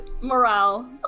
morale